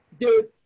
dude